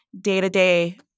day-to-day